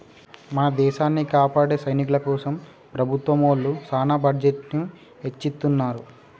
మన దేసాన్ని కాపాడే సైనికుల కోసం ప్రభుత్వం ఒళ్ళు సాన బడ్జెట్ ని ఎచ్చిత్తున్నారు